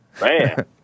Man